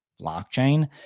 blockchain